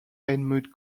edmund